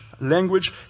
language